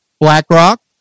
BlackRock